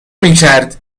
میکرد